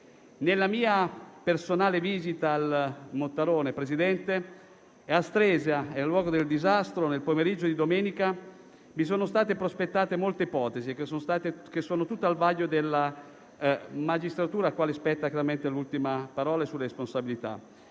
Nella mia personale visita al Mottarone, Presidente, e a Stresa sul luogo del disastro, nel pomeriggio di domenica, mi sono state prospettate molte ipotesi che sono tutte al vaglio della magistratura alla quale spetta chiaramente l'ultima parola sulle responsabilità.